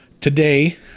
today